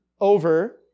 over